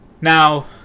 Now